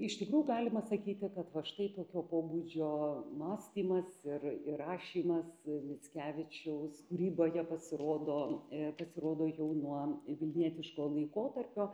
iš tikrų galima sakyti kad va štai tokio pobūdžio mąstymas ir ir rašymas mickevičiaus kūryboje pasirodo pasirodo jau nuo vilnietiško laikotarpio